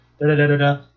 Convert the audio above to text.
da-da-da-da-da